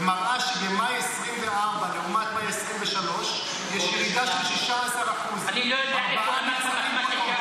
ומראה שבמאי 2024 לעומת מאי 2023 יש ירידה של 16%. ארבעה נרצחים פחות.